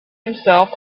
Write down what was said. himself